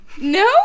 No